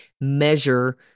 measure